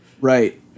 Right